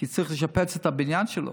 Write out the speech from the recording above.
כי צריך לשפץ את הבניין שלו.